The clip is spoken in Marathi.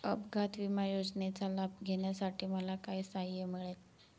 अपघात विमा योजनेचा लाभ घेण्यासाठी मला काय सहाय्य मिळेल?